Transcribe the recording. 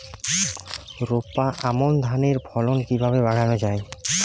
রোপা আমন ধানের ফলন কিভাবে বাড়ানো যায়?